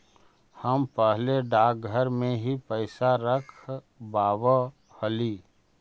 हम पहले डाकघर में ही पैसा रखवाव हली